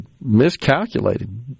miscalculated